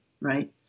right